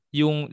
yung